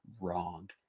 wrong